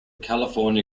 california